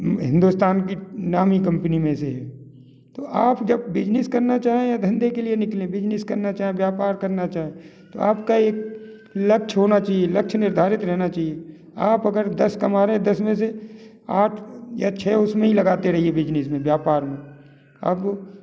हिंदुस्तान की नामी कंपनी में से है तो आप जब बिजनेस करना चाहें या धंधे के लिए निकलें बिजनेस करना चाहें व्यापार करना चाहें तो आप का एक लक्ष्य होना चाहिए लक्ष्य निर्धारित रहना चाहिए आप अगर दस कमा रहे हैं तो दस में से आठ या छः उस में ही लगाते रहिए बिजनेस में व्यापार में अब